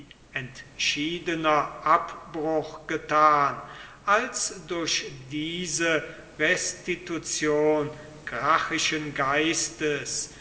entschiedener abbruch getan als durch diese restitution gracchischen geistes